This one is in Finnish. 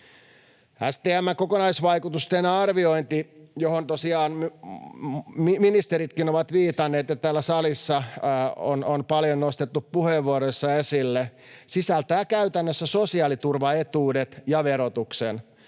STM:n kokonaisvaikutusten arviointi, johon tosiaan ministeritkin ovat viitanneet ja jota täällä salissa on paljon nostettu puheenvuoroissa esille, sisältää käytännössä sosiaaliturvaetuudet ja verotuksen